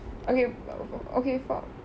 okay okay for